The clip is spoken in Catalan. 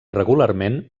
regularment